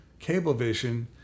Cablevision